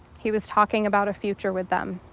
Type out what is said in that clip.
he was talking about a future with them.